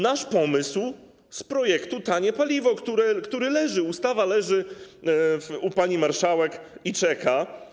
Nasz pomysł z projektu „Tanie paliwo”, który leży, ustawa leży u pani marszałek i czeka.